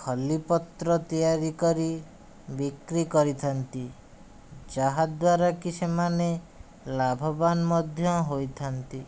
ଖଲିପତ୍ର ତିଆରି କରି ବିକ୍ରି କରିଥାନ୍ତି ଯାହାଦ୍ୱାରା କି ସେମାନେ ଲାଭବାନ ମଧ୍ୟ ହୋଇଥାନ୍ତି